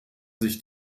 sich